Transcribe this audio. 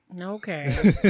Okay